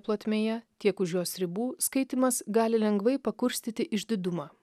plotmėje tiek už jos ribų skaitymas gali lengvai pakurstyti išdidumą